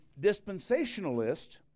dispensationalist